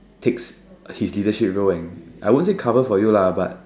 take his leadership role and I won't say cover for you lah but